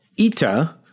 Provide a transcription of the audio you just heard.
ITA